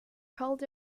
called